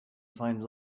find